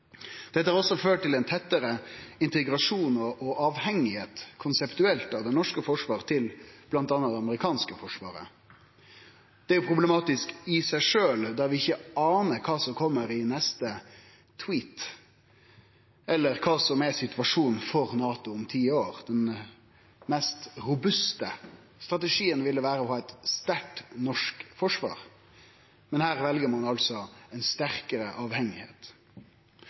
Dette har også ført til ein tettare integrasjon og til at det norske forsvaret konseptuelt sett har vorte meir avhengig av bl.a. det amerikanske forsvaret. Det er i seg sjølv problematisk, da vi ikkje anar kva som kjem i neste tweet, eller kva som er situasjonen for NATO om ti år. Den mest robuste strategien ville vere å ha eit sterkt norsk forsvar. Men her vel ein altså